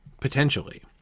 potentially